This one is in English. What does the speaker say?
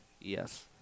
Yes